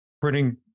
printing